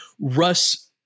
Russ